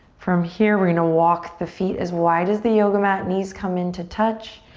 from here, we're gonna walk the feet as wide as the yoga mat, knees come into touch,